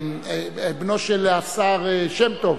בנו של השר, שם-טוב.